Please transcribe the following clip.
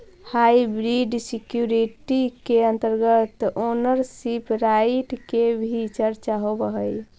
hybrid security के अंतर्गत ownership right के भी चर्चा होवऽ हइ